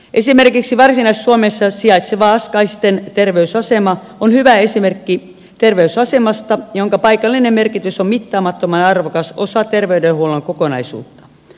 esimerkiksi varsinais suomessa sijaitseva askaisten terveysasema on hyvä esimerkki terveysasemasta jonka paikallinen merkitys on mittaamattoman arvokas osa terveydenhuollon kokonaisuutta